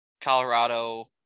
Colorado